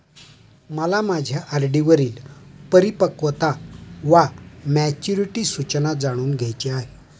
मला माझ्या आर.डी वरील परिपक्वता वा मॅच्युरिटी सूचना जाणून घ्यायची आहे